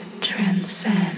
transcend